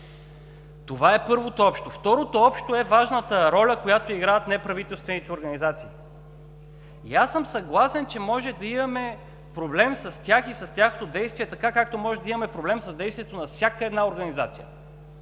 Това е първото общо. Второто общо е важната роля, която играят неправителствените организации. И аз съм съгласен, че можем да имаме проблем с тях и с тяхното действие така, както може да имаме проблем с действието на всяка една организация.